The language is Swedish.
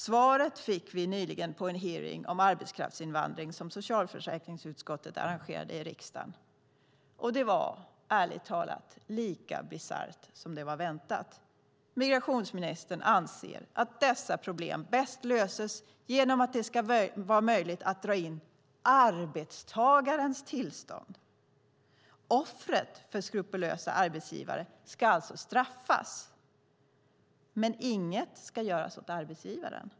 Svaret fick vi nyligen på en hearing om arbetskraftsinvandring som socialförsäkringsutskottet arrangerade i riksdagen, och det var, ärligt talat, lika bisarrt som det var väntat. Migrationsministern anser att dessa problem bäst löses genom att det ska vara möjligt att dra in arbetstagarens tillstånd. Offret för skrupelfria arbetsgivare ska alltså straffas, men inget ska göras åt arbetsgivaren.